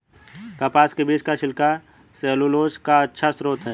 कपास के बीज का छिलका सैलूलोज का अच्छा स्रोत है